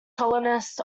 colonists